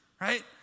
Right